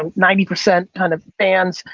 um ninety percent kind of fans,